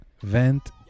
Vent